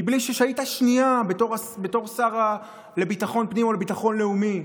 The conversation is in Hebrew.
מבלי שהיית שנייה בתור השר לביטחון הפנים או לביטחון לאומי,